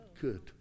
Good